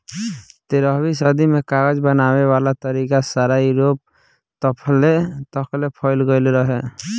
तेरहवीं सदी में कागज बनावे वाला तरीका सारा यूरोप तकले फईल गइल रहे